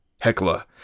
Hecla